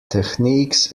techniques